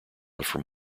from